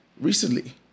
recently